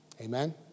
Amen